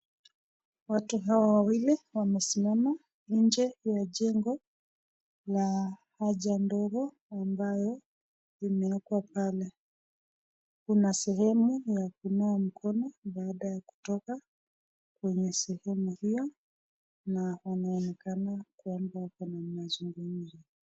Watu hawa wamesimama nje ya jengo la haja ndogo ambayo imeekwa pale. Kuna sehemu ya kunawa mkono baada ya kutoka kwenye sehemu hiyo na wanaonekana kwamba wako na mazungumzo.